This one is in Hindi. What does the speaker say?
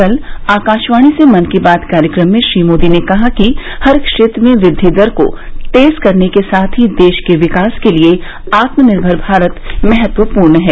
कल आकाशवाणी से मन की बात कार्यक्रम में श्री मोदी ने कहा कि हर क्षेत्र में वृद्धि दर को तेज करने के साथ ही देश के विकास के लिए आत्मनिर्भर भारत महत्वपूर्ण है